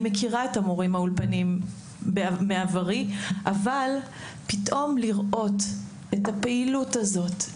אני מכירה את המורים מהאולפנים מעברי אבל פתאום לראות את הפעילות הזאת,